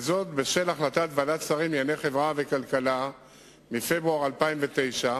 זאת בשל החלטת ועדת שרים לענייני חברה וכלכלה מפברואר 2009,